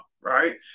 Right